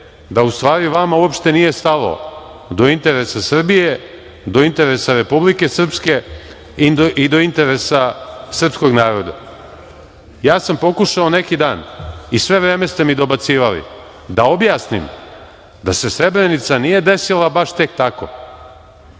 da ustvari vama uopšte nije stalo do interesa Srbije, do interesa Republike Srpske i do interesa srpskog naroda. Ja sam pokušao neki dan i sve vreme ste mi dobacivali da objasnim da se Srebrenica nije desila baš tek tako.